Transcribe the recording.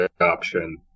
option